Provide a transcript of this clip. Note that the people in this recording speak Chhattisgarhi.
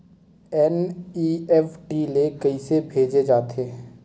एन.ई.एफ.टी ले कइसे भेजे जाथे?